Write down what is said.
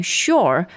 sure